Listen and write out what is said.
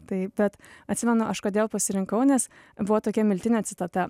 tai bet atsimenu aš kodėl pasirinkau nes buvo tokia miltinio citata